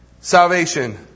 salvation